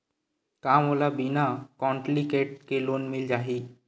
का मोला बिना कौंटलीकेट के लोन मिल जाही?